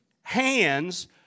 hands